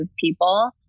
people